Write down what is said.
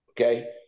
Okay